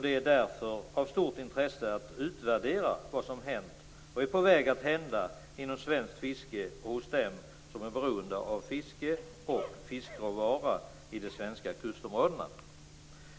Det är därför av stort intresse att utvärdera vad som hänt och är på väg att hända inom svenskt fiske och hos dem som är beroende av fiske och fiskråvara i de svenska kustområdena.